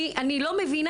אני לא מבינה.